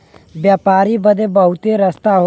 व्यापारी बदे बहुते रस्ता होला